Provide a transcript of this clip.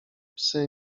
psy